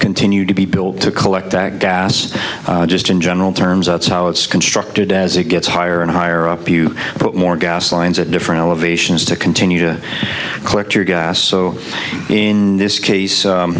continue to be built to collect that gas just in general terms out so it's constructed as it gets higher and higher up you put more gas lines at different elevations to continue to collect your gas so in this case